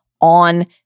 on